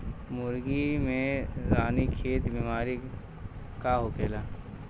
मुर्गी में रानीखेत बिमारी का होखेला?